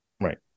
right